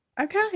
Okay